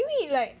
因为 like